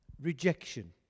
rejection